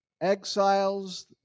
exiles